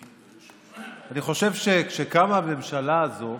אני חושב שכשקמה הממשלה הזו